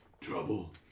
Trouble